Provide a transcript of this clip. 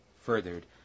furthered